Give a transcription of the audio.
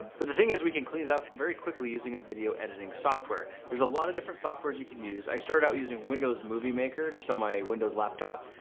but the thing is we can clean it up very quickly using a video editing software. there's a lot of different software's you could use. i started out using windows movie maker just on my windows laptop.